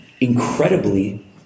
Incredibly